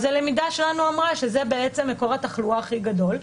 אז הלמידה שלנו אמרה שזה בעצם מקור התחלואה הכי גדול.